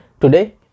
Today